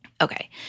Okay